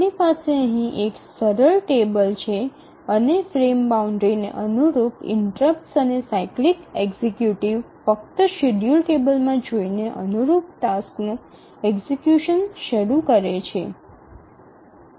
આપણી પાસે અહીં એક સરળ ટેબલ છે અને ફ્રેમ બાઉન્ડ્રીને અનુરૂપ ઇન્ટ્રપ્ટ્સ અને સાયક્લિક એક્ઝિક્યુટિવ ફક્ત શેડ્યૂલ ટેબલમાં જોઈ ને અનુરૂપ ટાસ્કનું એક્ઝિકયુશન શરૂ કરે છે